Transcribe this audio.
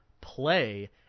play